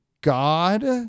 God